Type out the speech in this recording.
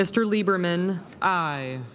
mr lieberman i